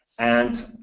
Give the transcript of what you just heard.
and